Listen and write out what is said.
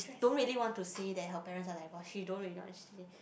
don't really want to say that her parents are like okay don't you guys